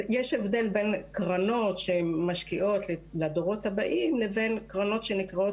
יש הבדל בין קרנות שמשקיעות לדורות הבאים לבין קרנות שנקראות